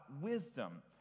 wisdom